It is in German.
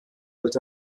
wird